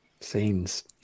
Scenes